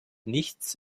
nichts